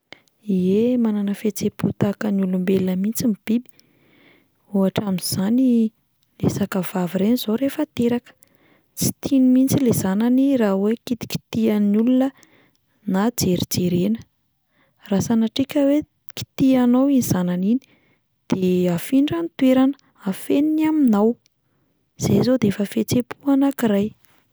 Ie, manana fihetseham-po tahaka ny olombelona mihitsy ny biby, ohatra amin'izany le sakavavy ireny izao rehefa teraka, tsy tiany mihitsy ilay zanany raha hoe kitikitihan'ny olona na jerijerena, raha sanatria ka hoe kitihanao iny zanany iny, de afindrany toerany, afeniny aminao, zay izao de efa fihetseham-po anakiray.